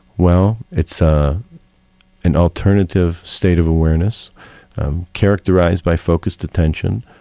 well it's ah an alternative state of awareness characterised by focussed attention,